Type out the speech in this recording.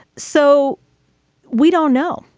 so we don't know.